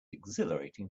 exhilarating